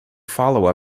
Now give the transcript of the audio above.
follow